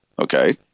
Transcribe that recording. Okay